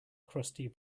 crusty